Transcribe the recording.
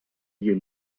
you